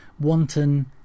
wanton